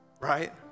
right